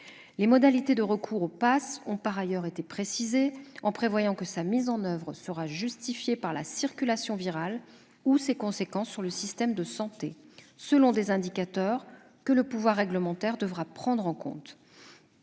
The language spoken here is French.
Les modalités de recours au passe sanitaire ont par ailleurs été précisées, en prévoyant que sa mise en oeuvre sera justifiée par la circulation virale ou ses conséquences sur le système de santé, selon des indicateurs que le pouvoir réglementaire devra prendre en compte.